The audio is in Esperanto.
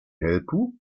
helpu